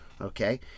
Okay